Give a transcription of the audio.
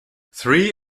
three